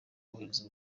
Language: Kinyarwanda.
wohereza